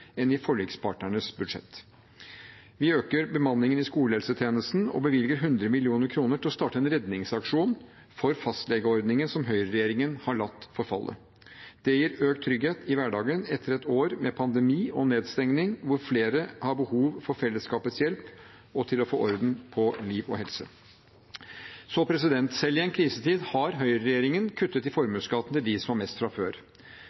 enn i forlikspartnernes budsjett. Vi øker bemanningen i skolehelsetjenesten og bevilger 100 mill. kr til å starte en redningsaksjon for fastlegeordningen, som høyreregjeringen har latt forfalle. Det gir økt trygghet i hverdagen etter et år med pandemi og nedstengning, hvor flere har behov for fellesskapets hjelp til å få orden på liv og helse. Selv i en krisetid har høyreregjeringen kuttet i formuesskatten til dem som har mest fra før.